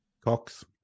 Cox